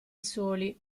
soli